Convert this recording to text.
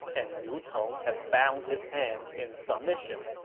and liu cong has bound his hands in submission.